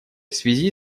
связи